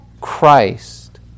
Christ